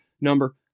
number